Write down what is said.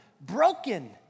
broken